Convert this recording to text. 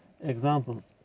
Examples